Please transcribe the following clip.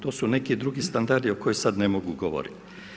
To su neki drugi standardi o kojima sad ne mogu govoriti.